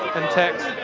and tex,